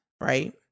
right